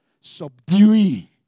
subduing